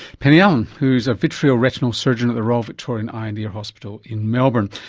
penny allen, who is a vitreoretinal surgeon at the royal victorian eye and ear hospital in melbourne.